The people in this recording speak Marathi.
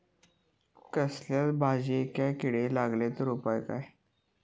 कसल्याय भाजायेंका किडे लागले तर उपाय काय?